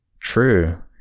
True